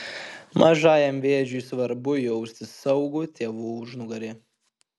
mažajam vėžiui svarbu jausti saugų tėvų užnugarį